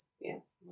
Yes